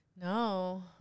No